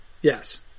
Yes